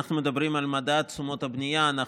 כשאנחנו מדברים על מדד תשומות הבנייה אנחנו